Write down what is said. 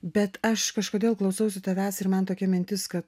bet aš kažkodėl klausausi tavęs ir man tokia mintis kad